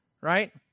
right